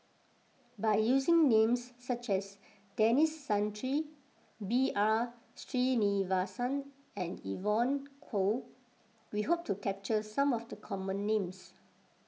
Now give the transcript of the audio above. by using names such as Denis Santry B R Sreenivasan and Evon Kow we hope to capture some of the common names